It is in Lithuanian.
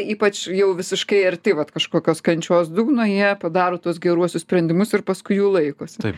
ypač jau visiškai arti vat kažkokios kančios dugno jie padaro tuos geruosius sprendimus ir paskui jų laikosi